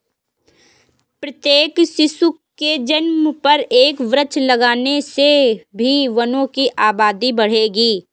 प्रत्येक शिशु के जन्म पर एक वृक्ष लगाने से भी वनों की आबादी बढ़ेगी